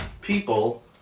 People